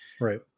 Right